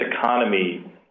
economy